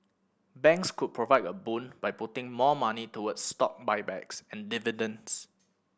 banks could provide a boon by putting more money toward stock buybacks and dividends